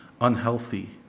unhealthy